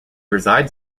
resides